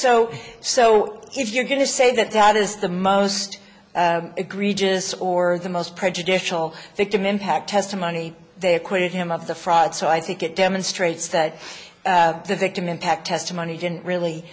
so so if you're going to say that that is the most egregious or the most prejudicial victim impact testimony they acquitted him of the fraud so i think it demonstrates that the victim impact testimony didn't really